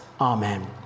Amen